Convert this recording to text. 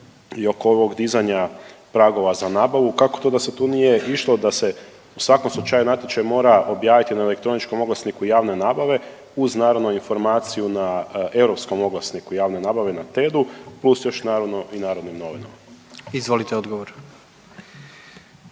i oko ovog dizanja pragova za nabavu, kako to da se tu nije išlo da se u svakom slučaju natječaj mora objaviti na elektroničkom oglasniku javne nabave uz naravno informaciju na europskom oglasniku javne nabave na TED-u, plus još naravno i Narodnim novinama? **Jandroković,